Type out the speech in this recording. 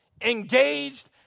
engaged